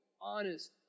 honest